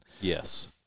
Yes